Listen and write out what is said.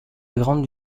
grande